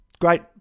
Great